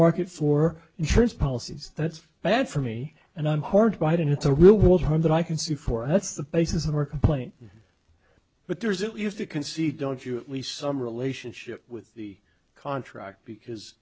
market for insurance policies that's bad for me and i'm heartened by it and it's a real world one that i can sue for and that's the basis of our complaint but there's it used to concede don't you at least some relationship with the contract because